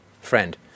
Friend